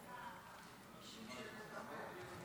ההצעה להעביר את